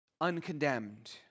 uncondemned